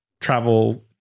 travel